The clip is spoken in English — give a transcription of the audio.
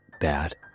bad